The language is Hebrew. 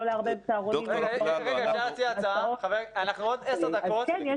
לא לערבב צהרונים --- עוד 10 דקות אנחנו